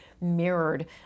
mirrored